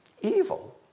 evil